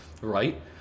Right